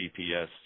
GPS